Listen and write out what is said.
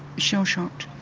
shell shocked.